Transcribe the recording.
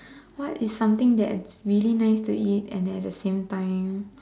what is something that really nice to eat and at the same time